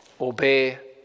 obey